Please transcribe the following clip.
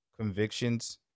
Convictions